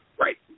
Right